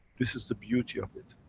this is the beauty of it.